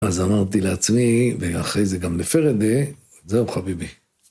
אז אמרתי לעצמי, ואחרי זה גם בפרדה, זהו חביבי.